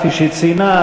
כפי שהיא ציינה,